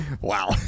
Wow